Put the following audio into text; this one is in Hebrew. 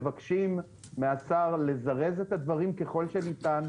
מבקשים מהשר לזרז את הדברים ככל שניתן.